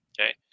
Okay